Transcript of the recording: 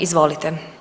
Izvolite.